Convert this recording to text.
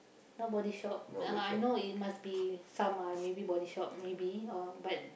not Body-Shop uh I know it must be some ah maybe Body-Shop maybe or but